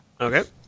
okay